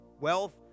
wealth